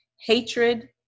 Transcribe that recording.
hatred